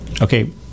Okay